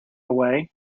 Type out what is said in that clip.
away